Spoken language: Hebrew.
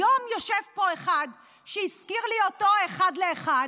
היום יושב פה אחד שהזכיר לי אותו אחד לאחד,